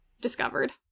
discovered